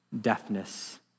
deafness